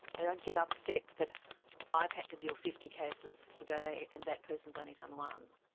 they don't get upset that i've had to deal fifty cases today and that person has only done one.